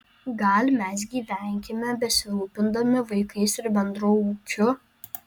gal mes gyvenkime besirūpindami vaikais ir bendru ūkiu